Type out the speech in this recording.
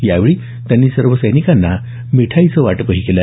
यावेळी त्यांनी सर्व सैनिकांना मिठाईचं वाटप केलं